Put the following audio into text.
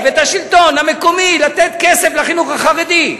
את השלטון המקומי לתת כסף לחינוך החרדי.